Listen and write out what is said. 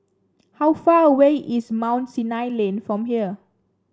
how far away is Mount Sinai Lane from here